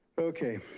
okay,